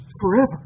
forever